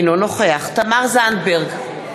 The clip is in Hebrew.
אינו נוכח תמר זנדברג,